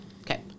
Okay